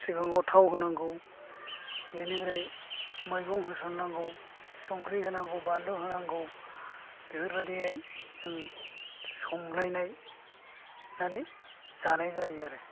सिगां आव थाव होनांगौ बेनिफ्राय मैगं होसननांगौ संख्रि होनांगौ बानलु होनांगौ बेफोर बादियै जों संलायनाय नानै जानाय जायो आरो